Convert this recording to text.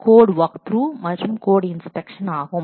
அவை code walkthrough மற்றும் code inspection ஆகும்